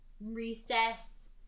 recess